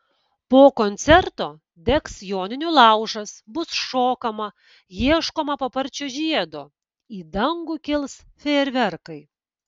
po koncerto degs joninių laužas bus šokama ieškoma paparčio žiedo į dangų kils fejerverkai